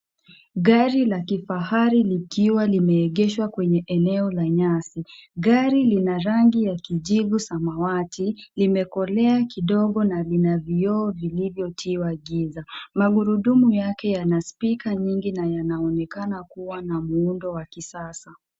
Gari la kifahari likiwa limeegeshwa kwenye eneo la nyasi. Gari lina rangi ya kijivu samawati limekolea kidogo na lina vioo vilivyotiwa giza. Magurudumu yake yana spika nyingi na yanaonekana kuwa na muundo wa kisasa.